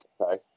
Okay